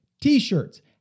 t-shirts